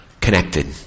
Connected